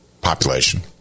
population